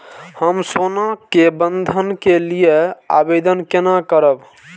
हम सोना के बंधन के लियै आवेदन केना करब?